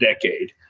decade